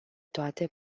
toate